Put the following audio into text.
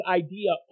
idea